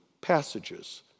passages